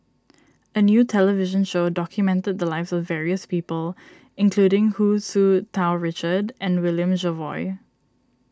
a new television show documented the lives of various people including Hu Tsu Tau Richard and William Jervois